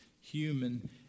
human